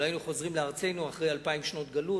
לא היינו חוזרים לארצנו אחרי 2,000 שנות גלות,